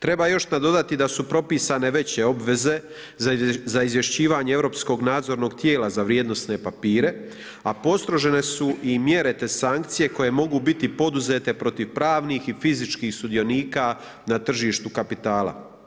Treba još nadodati da su propisane veće obveze za izvješćivanje europskog nadzornog tijela za vrijednosne papire, a postrožene su i mjere te sankcije koje mogu biti poduzete protiv pravnih i fizičkih sudionika na tržištu kapitala.